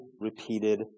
repeated